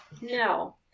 no